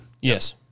Yes